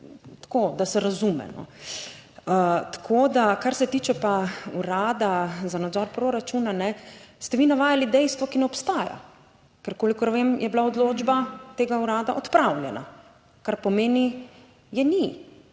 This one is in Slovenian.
tako, da se razume. Tako da, kar se tiče pa Urada za nadzor proračuna, ne, ste vi navajali dejstvo, ki ne obstaja, ker kolikor vem je bila odločba tega urada odpravljena. Pomeni, je, ni.